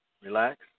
Relax